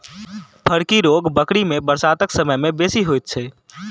फड़की रोग बकरी मे बरसातक समय मे बेसी होइत छै